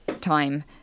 time